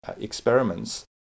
experiments